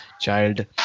child